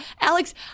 Alex